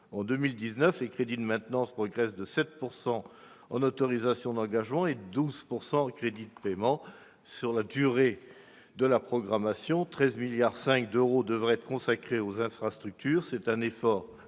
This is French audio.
En 2019, les crédits de maintenance progressent de 7 % en autorisations d'engagement et de 12 % en crédits de paiement. Sur la durée de la programmation, 13,5 milliards d'euros devraient être consacrés aux infrastructures. Il s'agit là d'un effort important,